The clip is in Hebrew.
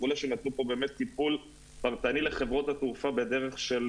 שנתנו פה באמת טיפול פרטני לחברות התעופה בדרך של